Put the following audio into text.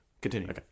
Continue